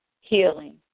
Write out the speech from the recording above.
healing